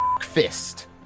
fist